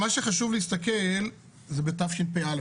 מה שחשוב להסתכל זה בתשפ"א.